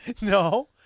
No